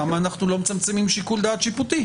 למה אנחנו לא מצמצמים שיקול דעת שיפוטי,